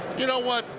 you know, what?